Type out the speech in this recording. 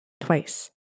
twice